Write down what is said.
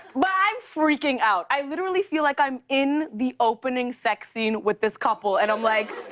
like i'm freaking out. i literally feel like i'm in the opening sex scene with this couple. and i'm like,